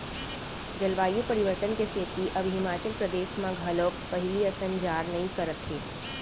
जलवायु परिवर्तन के सेती अब हिमाचल परदेस म घलोक पहिली असन जाड़ नइ करत हे